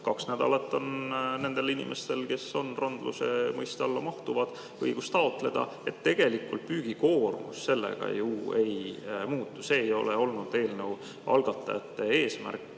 kaks nädalat on nendel inimestel, kes randluse mõiste alla mahuvad, õigus taotleda. Tegelikult püügikoormus sellega ju ei muutu. See ei ole olnud eelnõu algatajate eesmärk,